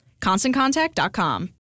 ConstantContact.com